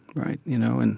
right. you know, and